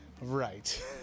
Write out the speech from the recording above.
Right